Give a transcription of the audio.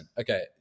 Okay